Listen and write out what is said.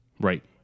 Right